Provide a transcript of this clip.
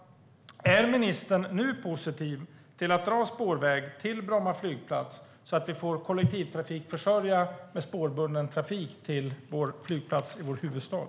Är ministern nu positiv till att dra spårväg till Bromma flygplats så att vi får en spårbunden kollektivtrafikförsörjning till denna flygplats i vår huvudstad?